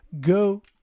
go